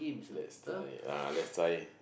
lets try ah lets try